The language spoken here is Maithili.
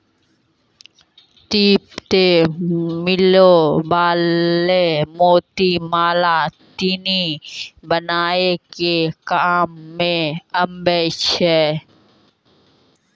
सिप सें मिलै वला मोती माला सिनी बनाय के काम में आबै छै